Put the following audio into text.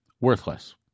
worthless